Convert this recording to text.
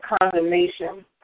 condemnation